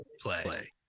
play